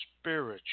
spiritual